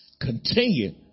continue